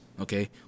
okay